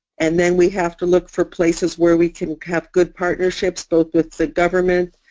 and then we have to look for places where we can have good partnerships both with the government,